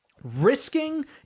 risking